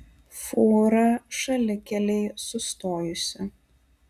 fūra šalikelėj sustojusi